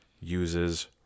uses